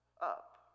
up